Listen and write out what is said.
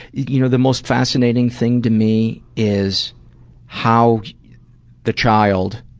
you know the most fascinating thing to me is how the child